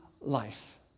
life